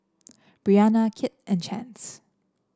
Brianna Kit and Chance